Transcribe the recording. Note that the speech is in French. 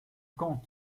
camp